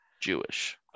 Jewish